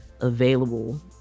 available